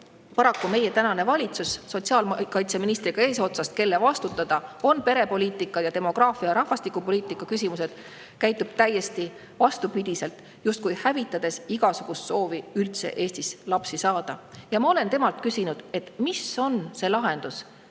Paraku meie tänane valitsus eesotsas sotsiaalkaitseministriga, kelle vastutada on perepoliitika, demograafia ja rahvastikupoliitika küsimused, käitub täiesti vastupidiselt, justkui hävitades igasuguse soovi üldse Eestis lapsi saada. Ma olen temalt küsinud, mis on